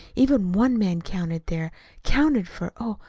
even one man counted there counted for, oh,